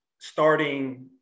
starting